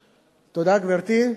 תודה, גברתי,